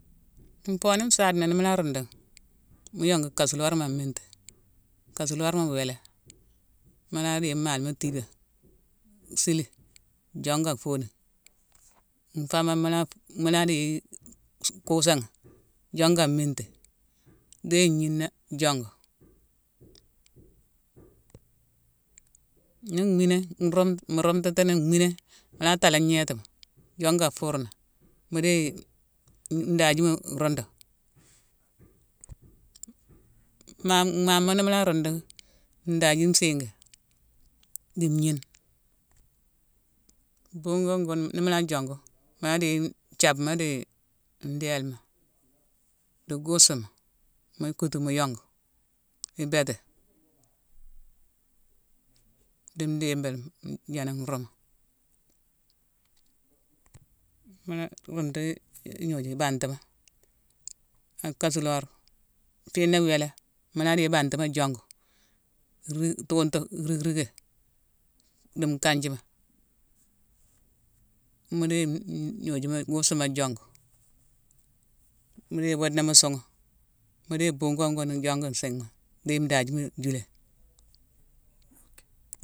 Nfoone nsaadena, nimu la rundeghi, mu yongu kasulorma an mintima. Kasulorma wélé, mula déye malma thiibé, sili, jonga afonuma. Nfomane mula-fu-déyi kusaghi, jonga aminti, dhéyi ngnina jongu.ni mhiné-nrum-mu rumtatini, mmhiné, mula dalé ngnétima, jonga afurnama, mu déye ndajima rundu. Mmhama nimu lha rundughi, ndaji nsingi di ngnine. Bungone gune nimula joncgu, mula déye-nthiabma di ndélma di gussuma mu kutu mu yongu, ibéti di ndhibilma jana nrumu. Mula rundu ignojuma, ibantima a kasulorma; fiina wélé mula déye ibantimma jongu-r-tuntu, rig-rigé di nkajima, mu déye-u-ugnojuma kusuma jongu, mu déye bundena mu sunghé, mu déye bungone gune jongu nsinghma, dhéye ndajima julé.